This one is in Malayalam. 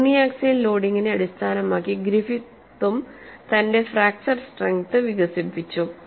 യൂണി ആക്സിയൽ ലോഡിംഗിനെ അടിസ്ഥാനമാക്കി ഗ്രിഫിത്തും തന്റെ ഫ്രാക്ച്ചർ സട്രെങ്ത് വികസിപ്പിച്ചു